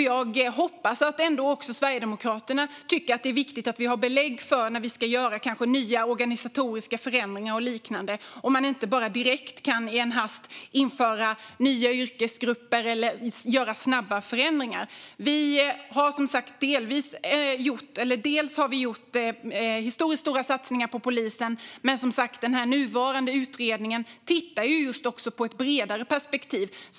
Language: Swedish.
Jag hoppas att också Sverigedemokraterna tycker att det är viktigt att vi har belägg när vi kanske ska göra organisatoriska förändringar och liknande. Man kan inte direkt införa nya yrkesgrupper eller göra snabba förändringar. Vi har, som sagt, gjort historiskt stora satsningar på polisen. Och den nuvarande utredningen tittar också på ett bredare perspektiv.